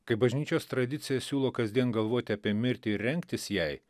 kaip bažnyčios tradicija siūlo kasdien galvoti apie mirtį ir rengtis jai